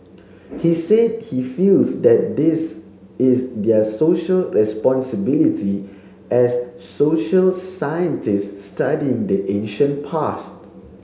he said he feels that this is their social responsibility as social scientists studying the ancient past